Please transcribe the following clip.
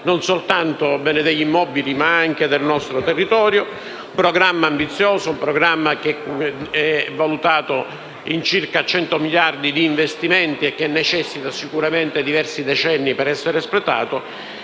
relative agli immobili ma anche al nostro territorio. È un programma ambizioso, il cui costo è valutato in circa 100 miliardi di investimenti e che necessita sicuramente di diversi decenni per essere espletato.